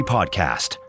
Podcast